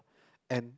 and